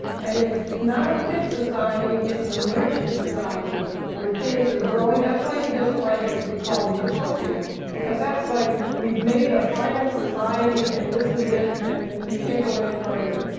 and it's not a fixed society, it's an emergent society where things are growing. that's why he doesn't like it to be called an utopia because that's like we've made a final society and this is it and you can't go any further.